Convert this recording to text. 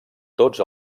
tots